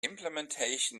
implementation